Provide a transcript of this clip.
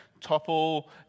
topple